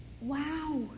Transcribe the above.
wow